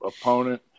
opponent